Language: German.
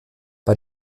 bei